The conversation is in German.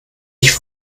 ich